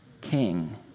king